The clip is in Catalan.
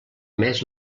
més